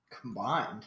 Combined